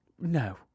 No